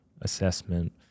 assessment